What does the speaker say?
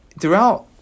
Throughout